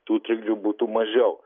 tų trikdžių būtų mažiau